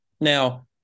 Now